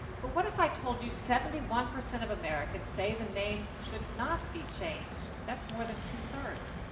but what if i told you seventy one percent of americans say the name should not be changed? that's more than two thirds.